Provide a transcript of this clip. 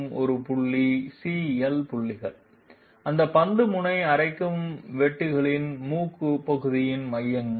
இந்த புள்ளிகள் CL புள்ளிகள் அந்த பந்து முனை அரைக்கும் வெட்டிகளின் மூக்கு பகுதியின் மையங்கள்